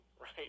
right